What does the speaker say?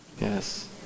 Yes